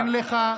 זה לא היה אף פעם.